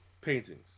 paintings